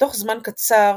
ותוך זמן קצר